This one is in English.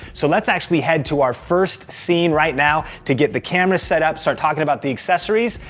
so let's actually head to our first scene right now to get the camera set up, start talking about the accessories,